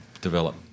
develop